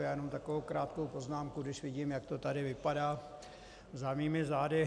Já mám jen takovou krátkou poznámku, když vidím, jak to tady vypadá za mými zády .